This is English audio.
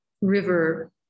river